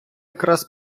якраз